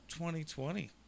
2020